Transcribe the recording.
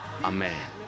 Amen